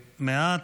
מעט.